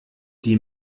die